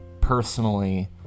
personally